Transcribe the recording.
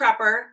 prepper